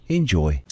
Enjoy